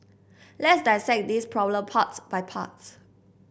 let's dissect this problem part by part